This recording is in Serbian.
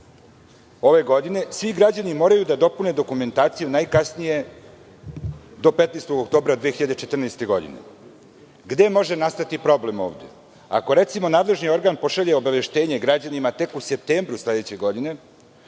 ove godine, svi građani moraju da dopune dokumentaciju do 15. oktobra 2014. godine. Gde može nastati problem ovde? Ako recimo nadležni organ pošalje obaveštenje građanima tek u septembru sledeće godine,